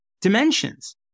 dimensions